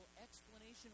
explanation